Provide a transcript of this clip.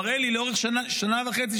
ומראה לי לאורך שנה וחצי,